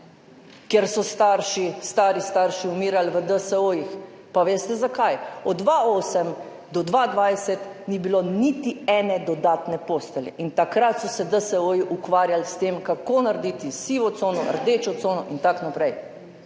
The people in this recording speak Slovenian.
so starši, stari starši umirali v DSO-jih. Pa veste, zakaj? Od 2008 do 2020 ni bilo niti ene dodatne postelje in takrat so se DSO-ji ukvarjali s tem, kako narediti sivo cono, rdečo cono in tako naprej.